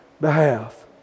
behalf